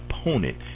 opponent